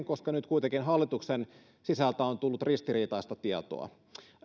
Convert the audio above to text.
koska nyt kuitenkin hallituksen sisältä on tullut ristiriitaista tietoa